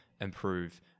improve